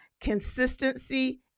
consistency